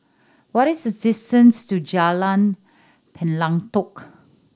what is the distance to Jalan Pelatok